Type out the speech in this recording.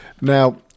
now